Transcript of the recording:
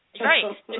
Right